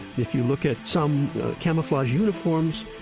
if you look at some camouflage uniforms,